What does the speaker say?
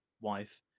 wife